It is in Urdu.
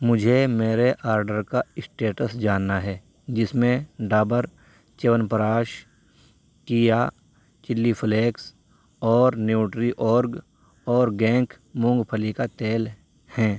مجھے میرے آرڈر کا اسٹیٹس جاننا ہے جس میں Dabur Chyawanprash Keya chilli flakes اور نیوٹری اورگ اورگینک مونگ پھلی کا تیل ہیں